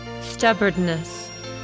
stubbornness